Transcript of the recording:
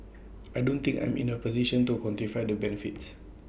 I don't think I'm in A position to quantify the benefits